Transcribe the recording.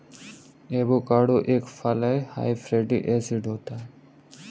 avocado एक फल हैं हाई फैटी एसिड होता है